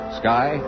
sky